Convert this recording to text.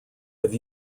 have